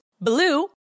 Blue